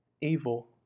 evil